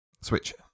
Switch